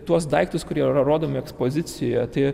tuos daiktus kurie rodomi ekspozicijoje tai